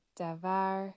davar